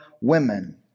women